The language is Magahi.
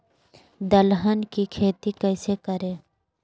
दलहन की खेती कैसे करें?